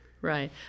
right